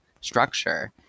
structure